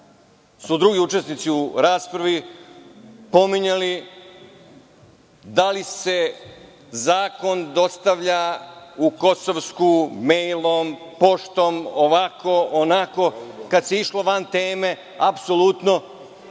su drugi učesnici u raspravi pominjali da li se zakon dostavlja u Kosovsku mejlom, poštom, ovako, onako, kad se išlo van teme i tu ni